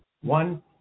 one